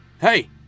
Hey